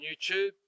YouTube